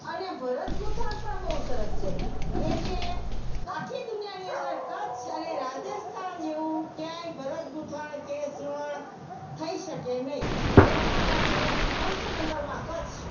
અને ભરત ગૂંથણ પણ બહુ સરસ છે એટલે આખી દુનિયાની અંદર કચ્છ અને રાજસ્થાન જેવું ક્યાંય ભરત ગૂંથણ કે સીવણ થઇ શકે નહીં એટલા માટે ફસ્ટ નંબરમાં કચ્છ